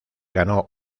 ganó